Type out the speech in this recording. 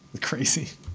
Crazy